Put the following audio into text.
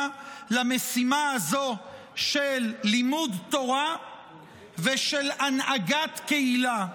למשימה הזו של לימוד תורה ושל הנהגת קהילה,